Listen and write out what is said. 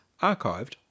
archived